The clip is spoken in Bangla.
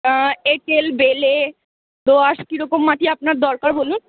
এঁটেল বেলে দোআঁশ কীরকম মাটি আপনার দরকার বলুন